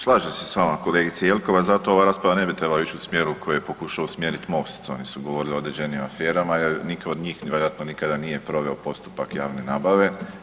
Slažem se s vama kolegice Jelkovac zato ova rasprava ne bi trebala ići u smjeru koji je pokušao usmjerit MOST, oni su govorili o određenim aferama jer nitko od njih vjerojatno nikada nije proveo postupak javne nabave.